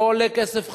לא עולה כסף חדש,